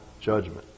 judgment